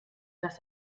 dass